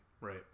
right